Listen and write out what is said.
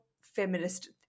feminist